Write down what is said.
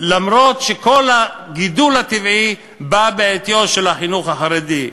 אף-על-פי שכל הגידול הטבעי בא בעטיו של החינוך החרדי.